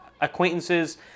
acquaintances